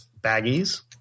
baggies